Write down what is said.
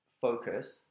focus